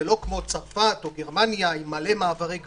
זה לא כמו צרפת או גרמניה עם מלא מעברי גבול,